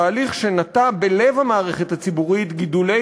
תהליך שנטע בלב המערכת הציבורית גידולי